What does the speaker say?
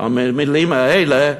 המילים האלה,